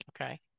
Okay